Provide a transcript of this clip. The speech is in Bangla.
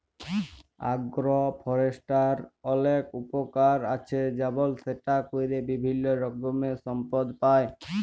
আগ্র ফরেষ্ট্রীর অলেক উপকার আছে যেমল সেটা ক্যরে বিভিল্য রকমের সম্পদ পাই